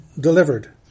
Delivered